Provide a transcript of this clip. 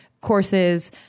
courses